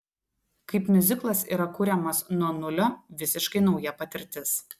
kaip miuziklas yra kuriamas nuo nulio visiškai nauja patirtis